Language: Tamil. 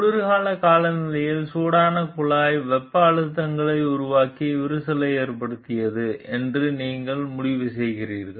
குளிர்ந்த காலநிலையில் சூடான குழாய் வெப்ப அழுத்தங்களை உருவாக்கி விரிசலை ஏற்படுத்தியது என்று நீங்கள் முடிவு செய்கிறீர்கள்